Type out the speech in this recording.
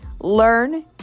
Learn